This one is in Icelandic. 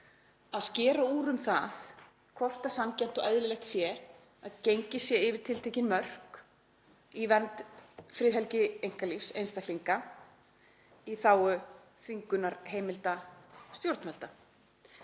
að skera úr um það hvort sanngjarnt og eðlilegt sé að gengið sé yfir tiltekin mörk í vernd friðhelgi einkalífs einstaklinga í þágu þvingunarheimilda stjórnvalda.